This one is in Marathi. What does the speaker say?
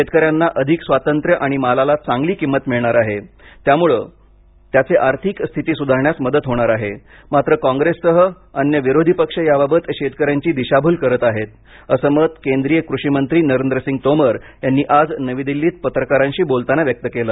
शेतकऱ्यांना अधिक स्वातंत्र्य आणि मालाला चांगली किंमत मिळणार आहे त्यामुळं त्याचे आर्थिक स्थिती सुधारण्यास मदत होणार आहे मात्र कॉंग्रेस सह अन्य विरोधी पक्ष याबाबत शेतकऱ्यांची दिशाभूल करत आहेत असं मत केंद्रीय कृषी मंत्री नरेंद्र सिंग तोमर यांनी आज नवी दिल्लीत पत्रकारांशी बोलताना व्यक्त केलं